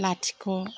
लाथिख'